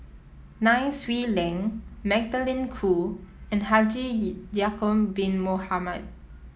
Nai Swee Leng Magdalene Khoo and Haji Ya'acob Bin Mohamed